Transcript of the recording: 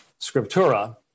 scriptura